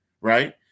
right